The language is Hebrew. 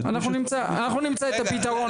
אנחנו נמצא את הפתרון.